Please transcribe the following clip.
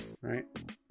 right